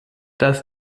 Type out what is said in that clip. das